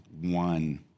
one